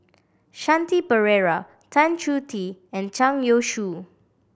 Shanti Pereira Tan Choh Tee and Zhang Youshuo